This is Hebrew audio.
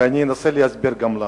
ואני אנסה להסביר גם למה: